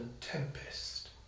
tempest